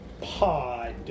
Pod